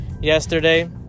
yesterday